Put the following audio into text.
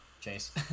Chase